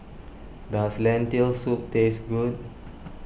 does Lentil Soup taste good